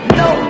no